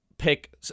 pick